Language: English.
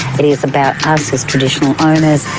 it is about us as traditional owners,